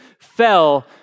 fell